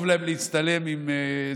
טוב להם להצטלם עם זה.